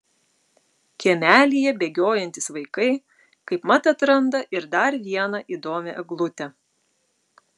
kiemelyje bėgiojantys vaikai kaip mat atranda ir dar vieną įdomią eglutę